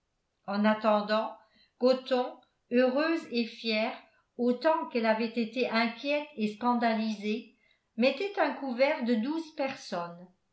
en attendant gothon heureuse et fière autant qu'elle avait été inquiète et scandalisée mettait un couvert de douze personnes